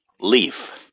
Leaf